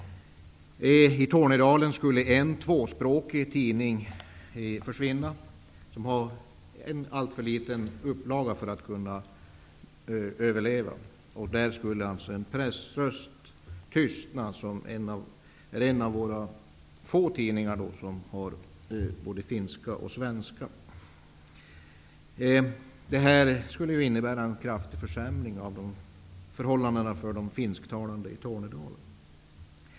I Tornedalen skulle en tvåspråkig tidning försvinna eftersom den har en alltför liten upplaga för att kunna överleva. Där skulle alltså en pressröst tystna. Det är en av våra få tidningar som skriver på både finska och svenska. Detta skulle innebära en kraftig försämring av förhållandena för de finsktalande i Tornedalen.